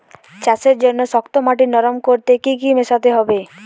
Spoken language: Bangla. চাষের জন্য শক্ত মাটি নরম করতে কি কি মেশাতে হবে?